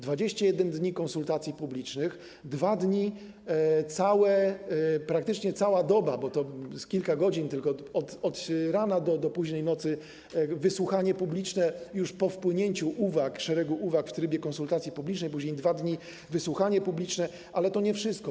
21 dni konsultacji publicznych, 2 dni, praktycznie cała doba, bo to nie jest kilka godzin, tylko od rana do późnej nocy, wysłuchanie publiczne, już po wpłynięciu szeregu uwag w trybie konsultacji publicznych, później 2 dni - wysłuchanie publiczne, ale to nie wszystko.